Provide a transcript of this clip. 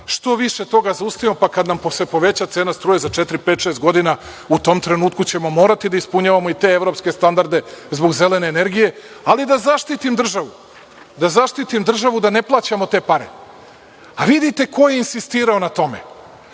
što više toga zaustavimo, pa kada nam se poveća cena struje za četiri, pet, šest godina, u tom trenutku ćemo morati da ispunjavamo i te evropske standarde zbog zelene energije, ali da zaštitim državu da ne plaćamo te pare. Vidite ko je insistirao na tome.